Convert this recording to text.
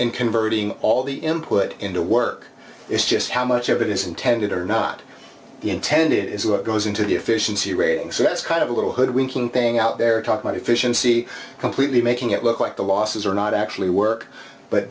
and converting all the input into work is just how much of it is intended or not intended is what goes into the efficiency rating so that's kind of a little hoodwinking thing out there talk about efficiency completely making it look like the losses are not actually work but